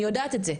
אני יודעת את זה,